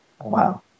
Wow